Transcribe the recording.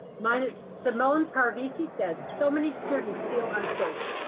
mine is simone parvizi said so many students feel unsafe.